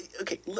Okay